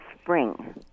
spring